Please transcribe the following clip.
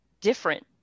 different